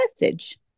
message